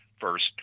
first